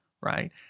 right